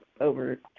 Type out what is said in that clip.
over